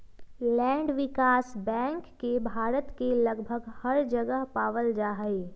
land विकास bank के भारत के लगभग हर जगह पावल जा हई